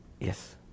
Yes